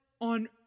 on